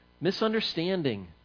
misunderstanding